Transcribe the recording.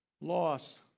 loss